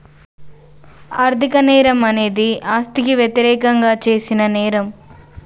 ఆర్థిక నేరం అనేది ఆస్తికి వ్యతిరేకంగా చేసిన నేరం